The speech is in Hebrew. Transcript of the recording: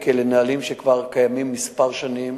הנהלים, כי אלה נהלים שכבר קיימים כמה שנים,